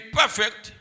perfect